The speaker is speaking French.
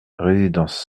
résidence